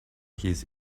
his